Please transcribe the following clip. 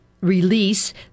release